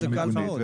מדובר במיגונית,